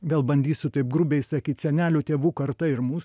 vėl bandysiu taip grubiai sakyt senelių tėvų karta ir mūs